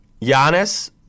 Giannis